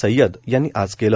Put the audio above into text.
सय्यद यांनी आज केले